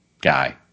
guy